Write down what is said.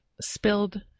spilled